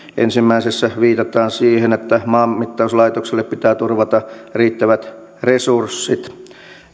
ensimmäisessä viitataan siihen että maanmittauslaitokselle pitää turvata riittävät resurssit